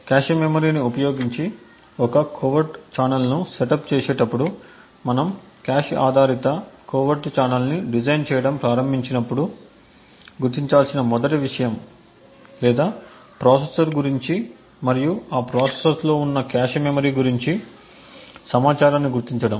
cache మెమరీని ఉపయోగించి ఒక కోవెర్ట్ ఛానెల్ను సెటప్ చేసేటప్పుడు మనము కాష్ ఆధారిత కోవర్ట్ ఛానెల్ని డిజైన్ చేయడం ప్రారంభించినప్పుడు గుర్తించాల్సిన మొదటి విషయం లేదా ప్రాసెసర్ గురించి మరియు ఆ ప్రాసెసర్లో ఉన్న కాష్ మెమరీ గురించి సమాచారాన్ని గుర్తించడం